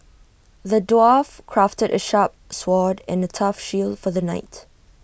the dwarf crafted A sharp sword and A tough shield for the knight